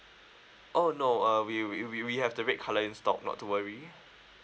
oh no err we we we we have the red colour in stock not to worry